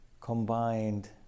combined